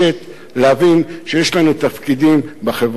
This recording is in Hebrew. להבין שיש לנו תפקידים בחברה הישראלית.